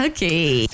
Okay